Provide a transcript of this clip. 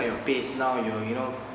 your pace now you you know